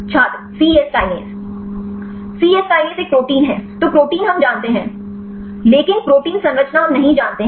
छात्र C S kinase C S kinase एक protein है तौ प्रोटीन हम जानते हैं लेकिन प्रोटीन संरचना हम नहीं जानते हैं